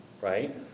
right